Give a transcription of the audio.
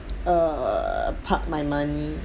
err park my money